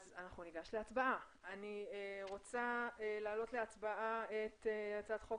אני מעלה להצבעה לקראת קריאה שנייה ושלישית הצעת חוק